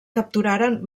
capturaren